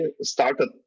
started